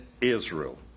Israel